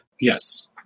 Yes